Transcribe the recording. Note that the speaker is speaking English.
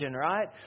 right